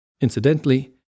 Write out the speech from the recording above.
Incidentally